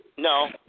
No